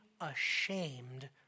ashamed